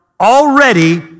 already